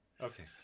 Okay